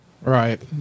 Right